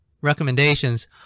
recommendations